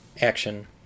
action